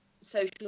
social